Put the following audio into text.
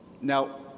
Now